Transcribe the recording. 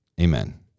Amen